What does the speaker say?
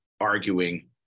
arguing